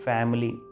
Family